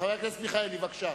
חבר הכנסת אברהם מיכאלי, בבקשה.